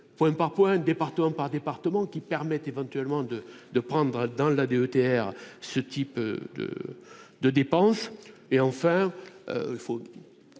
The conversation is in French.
point par point, département par département, qui permet éventuellement de de prendre dans la DETR, ce type de de dépenses et, enfin, il faut